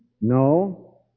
No